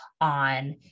on